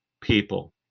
people